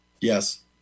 Yes